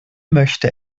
möchte